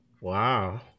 Wow